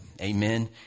Amen